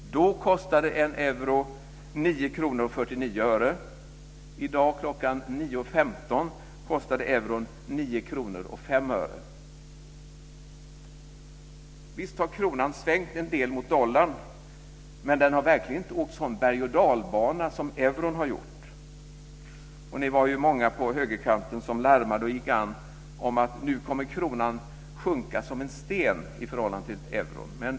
Då kostade euron 9:49 kr. I dag kl. 9.15 kostade euron 9:05 kr. Visst har kronan svängt en del mot dollarn, men den har verkligen inte åkt en sådan berg och dalbana som euron har gjort. Ni var många på högerkanten som larmade om att nu kommer kronan att sjunka som en sten i förhållande till euron.